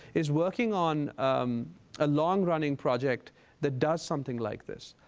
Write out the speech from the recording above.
is working on a long running project that does something like this,